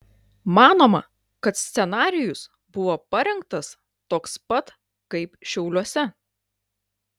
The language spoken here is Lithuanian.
manoma kad scenarijus buvo parengtas toks pat kaip šiauliuose